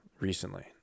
recently